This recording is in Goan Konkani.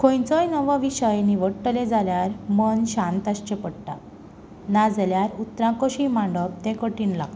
खंयचोय नवो विशय निवडटले जाल्यार मन शांत आसचें पडटा ना जाल्यार उतरां कशीं मांडप ते कठिण लागता